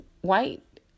white